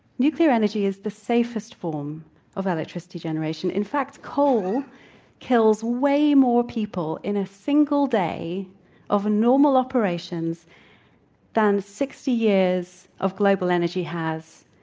nuclear energy is the safest form of electricity generation. in fact, coal kills way more people in a single day of normal operations than sixty years of global energy has,